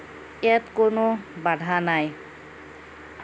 ইয়াত কোনো বাধা নাই